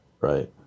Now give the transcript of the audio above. Right